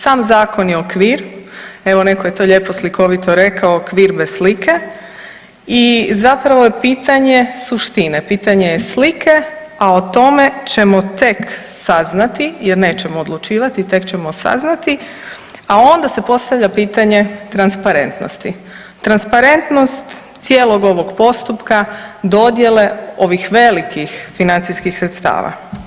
Sam zakon je okvir, evo netko je to lijepo slikovito rekao, okvir bez slike i zapravo je pitanje suštine, pitanje je slike, a o tome ćemo tek saznati jer nećemo odlučivati, tek ćemo saznati, a onda se postavlja pitanje transparentnosti, transparentnost cijelog ovog ovog postupka dodjele ovih velikih financijskih sredstava.